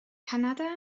kanada